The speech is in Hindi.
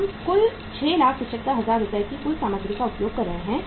हम कुल 675000 रु की कुल सामग्री का उपयोग कर रहे हैं